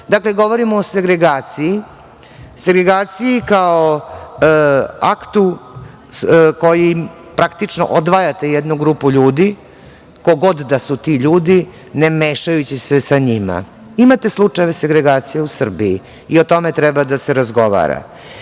Govorim o segregaciji kao aktu kojim praktično odvajate jednu grupu ljudi, ko god da su ti ljudi, ne mešajući se sa njima. Imate slučajeve segregacije u Srbiji i o tome treba da se razgovara. Govorim